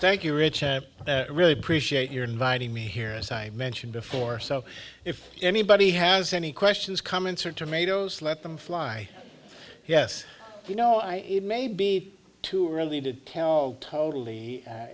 thank you richard i really appreciate your inviting me here as i mentioned before so if anybody has any questions comments or tomatoes let them fly yes you know i it may be too early to tell how totally